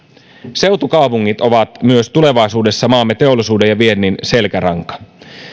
seutukaupungit ovat myös tulevaisuudessa maamme teollisuuden ja viennin selkäranka